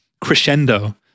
crescendo